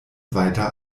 weiter